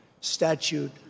Statute